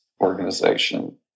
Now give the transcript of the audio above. organization